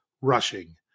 rushing